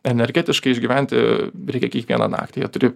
energetiškai išgyventi reikia kiekvieną naktį jie turi